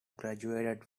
graduated